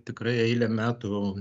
tikrai eilę metų